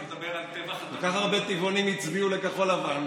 כל כך הרבה טבעונים הצביעו לכחול לבן,